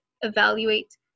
evaluate